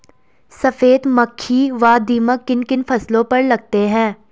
सफेद मक्खी व दीमक किन किन फसलों पर लगते हैं?